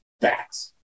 facts